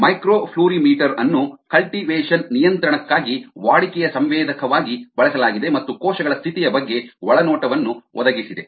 microfluorimeter ಅನ್ನು cultivation ನಿಯಂತ್ರಣಕ್ಕಾಗಿ ವಾಡಿಕೆಯ ಸಂವೇದಕವಾಗಿ ಬಳಸಲಾಗಿದೆ ಮತ್ತು ಕೋಶಗಳ ಸ್ಥಿತಿಯ ಬಗ್ಗೆ ಒಳನೋಟವನ್ನು ಒದಗಿಸಿದೆ